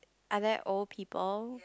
are they old people